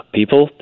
people